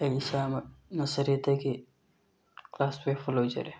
ꯑꯩ ꯏꯁꯥꯃꯛ ꯅꯁꯔꯤꯗꯒꯤ ꯀ꯭ꯂꯥꯁ ꯇꯨꯌꯦꯜꯐꯐꯥꯎ ꯂꯣꯏꯖꯔꯦ